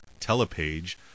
Telepage